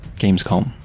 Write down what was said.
Gamescom